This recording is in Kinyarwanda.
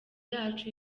yacu